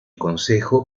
consejo